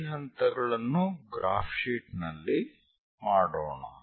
ಈ ಹಂತಗಳನ್ನು graph sheet ನಲ್ಲಿ ಮಾಡೋಣ